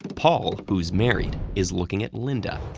paul, who's married, is looking at linda.